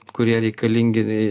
kurie reikalingi